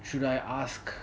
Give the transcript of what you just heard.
should I ask